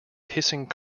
hissing